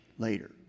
later